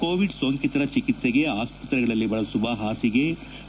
Covid ಸೋಂಕಿತರ ಚಿಕಿತ್ಸೆಗೆ ಆಸ್ಪತ್ತೆಗಳಲ್ಲಿ ಬಳಸುವ ಹಾಸಿಗಗಳು